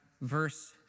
verse